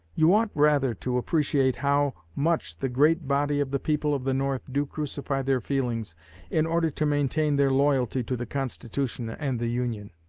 you ought rather to appreciate how much the great body of the people of the north do crucify their feelings in order to maintain their loyalty to the constitution and the union.